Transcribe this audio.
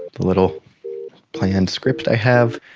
a little planned script i have.